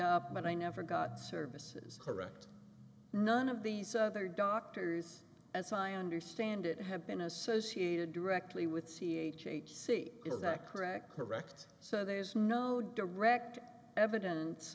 up but i never got services correct none of these other doctors as i understand it have been associated directly with c h h c is that correct correct so there's no direct evidence